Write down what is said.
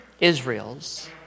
Israels